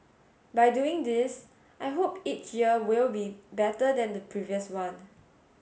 by doing this I hope each year will be better than the previous one